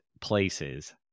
places